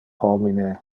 homine